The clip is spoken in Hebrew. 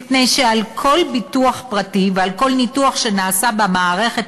מפני שעל כל ביטוח פרטי ועל כל ניתוח שנעשה במערכת